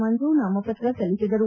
ಮಂಜು ನಾಮಪತ್ರ ಸಲ್ಲಿಸಿದರು